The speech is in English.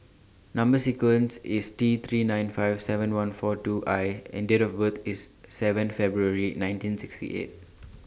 Number sequence IS T three nine five seven one four two I and Date of birth IS seven February nineteen sixty eight